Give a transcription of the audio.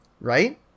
Right